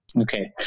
Okay